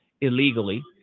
illegally